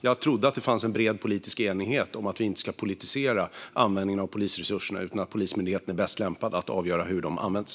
Jag trodde att det fanns en bred politisk enighet om att vi inte ska politisera användningen av polisresurserna utan att Polismyndigheten är bäst lämpad att avgöra hur resurserna används.